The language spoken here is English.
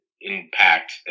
impact